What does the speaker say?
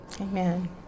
Amen